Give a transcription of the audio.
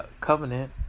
covenant